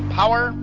power